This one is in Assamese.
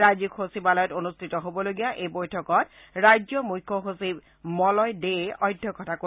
ৰাজ্যিক সচিবালয়ত অনুষ্ঠিত হবলগীয়া এই বৈঠকত ৰাজ্যৰ মুখ্য সচিব মলয় দেয়ে অধ্যক্ষতা কৰিব